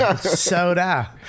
Soda